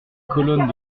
colonnes